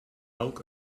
elk